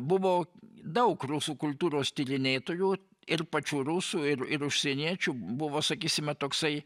buvo daug rusų kultūros tyrinėtojų ir pačių rusų ir ir užsieniečių buvo sakysime toksai